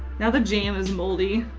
now the jam is moldy.